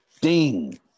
ding